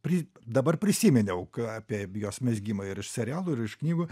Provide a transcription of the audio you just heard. pri dabar prisiminiau ką apie jos mezgimą ir iš serialų ir iš knygų